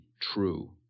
true